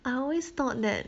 I always thought that